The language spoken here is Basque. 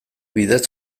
bidez